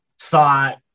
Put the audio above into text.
thought